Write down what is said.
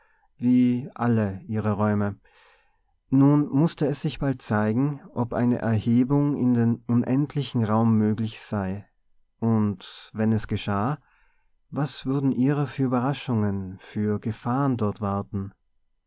wie alle ihre räume nun mußte es sich bald zeigen ob eine erhebung in den unendlichen raum möglich sei und wenn es geschah was würden ihrer für überraschungen für gefahren dort warten